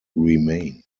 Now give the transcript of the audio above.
remain